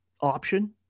option